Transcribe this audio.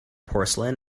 porcelain